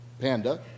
panda